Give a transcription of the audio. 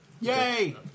yay